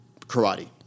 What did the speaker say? karate